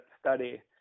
study